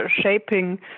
shaping